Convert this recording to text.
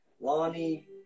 Lonnie